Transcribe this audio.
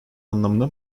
anlamına